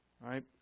right